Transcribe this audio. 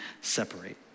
separate